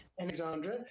Alexandra